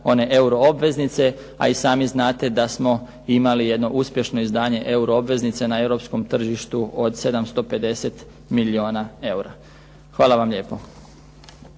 one euro obveznice, a i sami znate da smo imali jedno uspješno izdanje euro obveznice na europskom tržištu od 750 milijuna eura. Hvala vama lijepo.